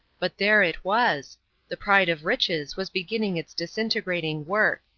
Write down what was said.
but there it was the pride of riches was beginning its disintegrating work.